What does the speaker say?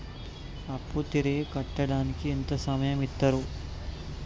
అప్పు తిరిగి కట్టడానికి ఎంత సమయం ఇత్తరు?